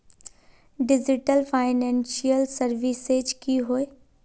Digital financial services की होय?